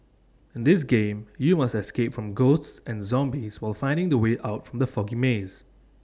in this game you must escape from ghosts and zombies while finding the way out from the foggy maze